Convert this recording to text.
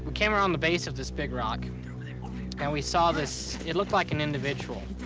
came around the base of this big rock and we saw this it looked like an individual.